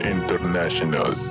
International